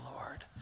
Lord